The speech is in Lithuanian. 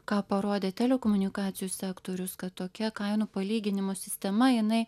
ką parodė telekomunikacijų sektorius kad tokia kainų palyginimų sistema jinai